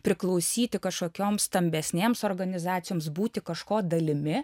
priklausyti kažkokiom stambesnėms organizacijoms būti kažko dalimi